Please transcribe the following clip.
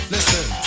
Listen